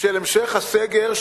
של המשך הסגר,